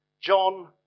John